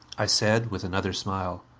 i said, with another smile,